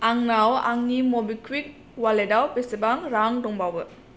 आंनाव आंनि मबिक्वुइक अवालेटयाव बेसेबां रां दंबावो